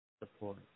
support